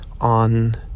on